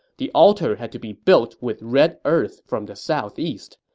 the altar had to be built with red earth from the southeast.